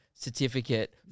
certificate